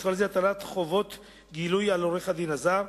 ובכלל זה הטלת חובות גילוי על עורך-הדין הזר,